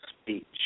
speech